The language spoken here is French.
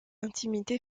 intimité